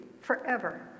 forever